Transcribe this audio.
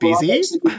Busy